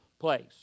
place